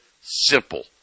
simple